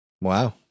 Wow